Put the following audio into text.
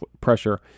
pressure